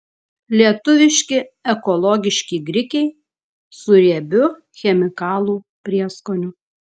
lietuviški ekologiški grikiai su riebiu chemikalų prieskoniu